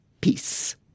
peace